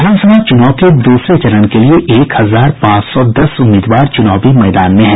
विधानसभा चुनाव के दूसरे चरण के लिये एक हजार पांच सौ दस उम्मीदवार चूनावी मैदान में है